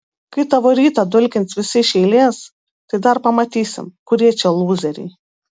kai tavo rytą dulkins visi iš eilės tai dar pamatysim kurie čia lūzeriai